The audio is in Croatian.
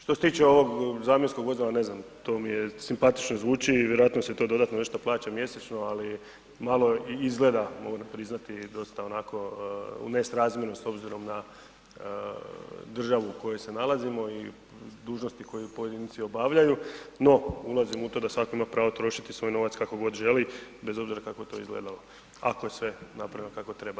Što se tiče ovog zamjenskog vozila, ne znam, to mi je, simpatično zvuči i vjerojatno se to dodatno nešto plaća mjesečno, ali malo i izgleda moram priznati dosta onako u nesrazmjeru s obzirom na državu u kojoj se nalazimo i dužnosti koju pojedinci obavljaju, no ulazim u to da svatko ima pravo trošiti svoj novac kako god želi bez obzira kako to izgledalo ako je sve napravljeno kako treba.